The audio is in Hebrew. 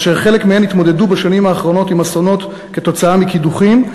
אשר חלק מהן התמודדו בשנים האחרונות עם אסונות כתוצאה מקידוחים,